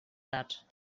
that